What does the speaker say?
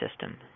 system